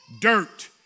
dirt